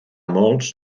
molts